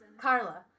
Carla